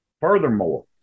Furthermore